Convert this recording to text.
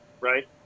Right